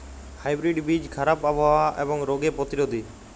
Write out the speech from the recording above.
hybrid বীজ খারাপ আবহাওয়া এবং রোগে প্রতিরোধী